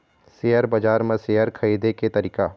Share बजार म share खरीदे के तरीका?